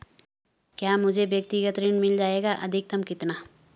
क्या मुझे व्यक्तिगत ऋण मिल जायेगा अधिकतम कितना?